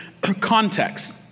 context